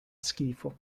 schifo